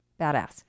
badass